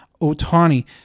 Otani